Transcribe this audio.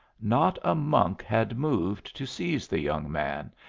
not a monk had moved to seize the young man,